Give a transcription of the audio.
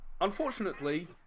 Unfortunately